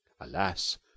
Alas